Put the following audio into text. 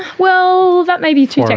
well, that may be too